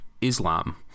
Islam